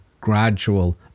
gradual